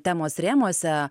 temos rėmuose